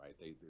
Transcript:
right